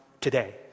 today